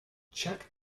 check